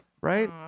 Right